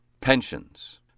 pensions